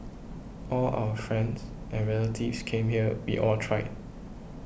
all our friends and relatives came here we all tried